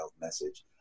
message